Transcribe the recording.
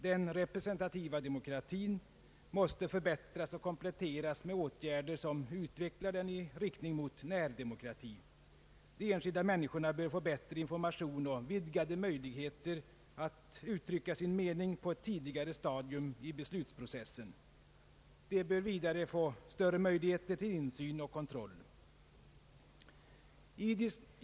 Den representativa demokratin måste förbättras och kompletteras med åtgärder som utvecklar den i riktning mot närdemokrati. De enskilda människorna bör få bättre information och vidgade möjligheter att uttrycka sin mening på ett tidigare stadium i beslutsprocessen. De bör vidare få större möjligheter till insyn och kontroll.